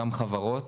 גם חברות